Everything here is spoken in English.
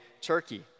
Turkey